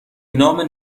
نام